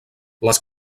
les